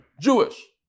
Jewish